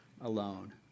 alone